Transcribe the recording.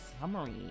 summary